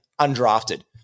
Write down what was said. undrafted